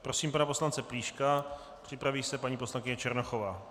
Prosím pana poslance Plíška, připraví se paní poslankyně Černochová.